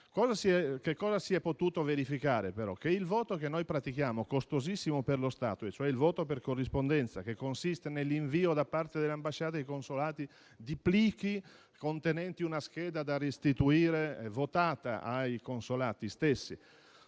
Tuttavia, si è potuto verificare che il voto che noi pratichiamo (costosissimo per lo Stato) è quello per corrispondenza, che consiste nell'invio da parte delle ambasciate e dei consolati di plichi contenenti una scheda da restituire votata ai consolati stessi.